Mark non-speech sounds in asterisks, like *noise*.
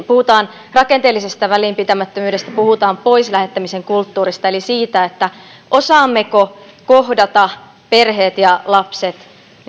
*unintelligible* puhutaan rakenteellisesta välinpitämättömyydestä puhutaan pois lähettämisen kulttuurista eli siitä osaammeko kohdata perheet ja lapset